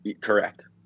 Correct